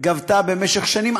גבתה במשך שנים,